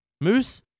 Moose